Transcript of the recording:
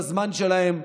בזמן שלהם,